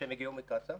שהם הגיעו מקצא"א